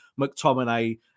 McTominay